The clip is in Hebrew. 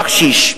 בקשיש,